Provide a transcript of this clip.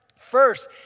First